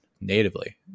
natively